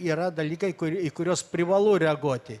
yra dalykai kur į kuriuos privalu reaguoti